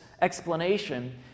explanation